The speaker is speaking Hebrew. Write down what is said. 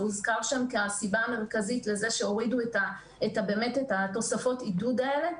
זה הוזכר שם כסיבה המרכזית לכך שהורידו את תוספות העידוד הללו.